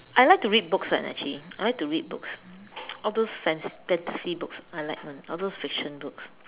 I like to read books eh actually I like to read books all those fancy fancy books I like [one] all those fiction books